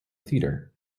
theatre